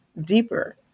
deeper